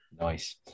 Nice